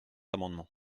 amendement